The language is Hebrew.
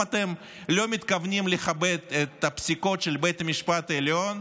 אם אתם לא מתכוונים לכבד את הפסיקות של בית המשפט העליון,